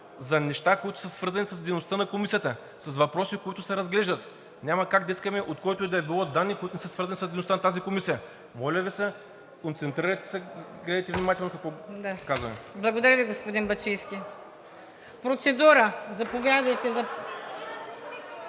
за неща, които са свързани с дейността на комисията, с въпроси, които се разглеждат. Няма как да искаме от който и да било данни, които не са свързани с дейността на тази комисия. Моля Ви се, концентрирайте се и гледайте внимателно какво казваме. ПРЕДСЕДАТЕЛ МУКАДДЕС НАЛБАНТ: Благодаря Ви, господин Бачийски Процедура.